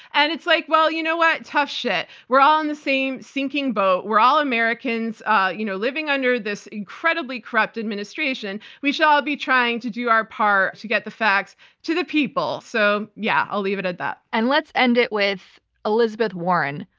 and it's like, well, you know what, tough shit. we're all on the same sinking boat. we're all americans ah you know living under this incredibly corrupt administration. we should all be trying to do our part to get the facts to the people. so yeah, i'll leave it at that. and let's end it with elizabeth warren.